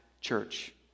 church